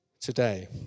today